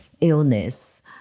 illness